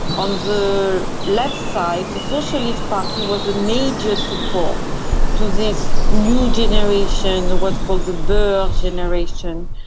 on the left side, the socialist party was a major support to this new generation, what's called the beur generation,